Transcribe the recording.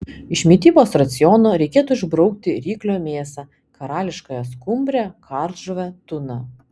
iš mitybos raciono reikėtų išbraukti ryklio mėsą karališkąją skumbrę kardžuvę tuną